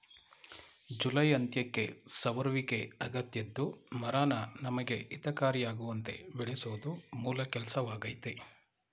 July ಅಂತ್ಯಕ್ಕೆ ಸವರುವಿಕೆ ಅಗತ್ಯದ್ದು ಮರನ ನಮಗೆ ಹಿತಕಾರಿಯಾಗುವಂತೆ ಬೆಳೆಸೋದು ಮೂಲ ಕೆಲ್ಸವಾಗಯ್ತೆ